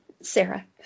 Sarah